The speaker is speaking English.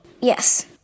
Yes